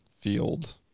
field